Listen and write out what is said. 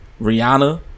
Rihanna